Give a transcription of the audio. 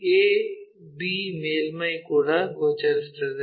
a b ಮೇಲ್ಮೈ ಕೂಡ ಗೋಚರಿಸುತ್ತದೆ